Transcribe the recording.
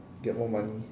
get more money